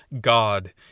God